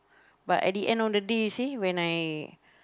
but at the end of the day see when I